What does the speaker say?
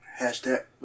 Hashtag